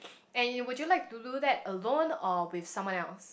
and would you like to do that alone or with someone else